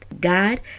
God